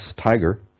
tiger